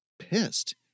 pissed